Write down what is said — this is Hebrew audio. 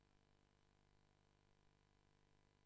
אלא